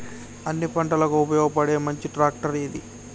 అన్ని పంటలకు ఉపయోగపడే మంచి ట్రాక్టర్ ఏది?